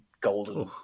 golden